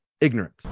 Ignorant